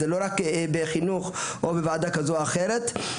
ולא רק בחינוך או בוועדה כזו או אחרת.